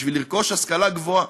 כדי לרכוש השכלה גבוהה.